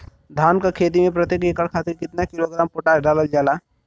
धान क खेती में प्रत्येक एकड़ खातिर कितना किलोग्राम पोटाश डालल जाला?